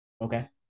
Okay